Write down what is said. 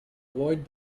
avoid